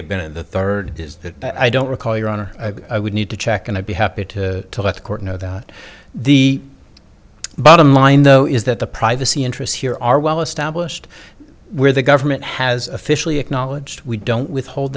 have been in the third is that i don't recall your honor i would need to check and i'd be happy to let the court know that the bottom line though is that the privacy interests here are well established where the government has officially acknowledged we don't withhold